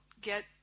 get